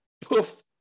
poof